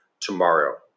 tomorrow